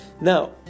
Now